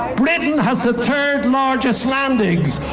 britain has the third largest landings.